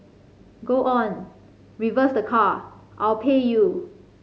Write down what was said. go on reverse the car I'll pay you